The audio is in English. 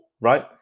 right